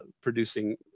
producing